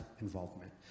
involvement